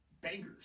bangers